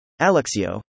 Alexio